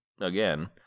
again